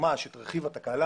ממש ראיתי את רכיב התקלה.